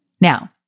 Now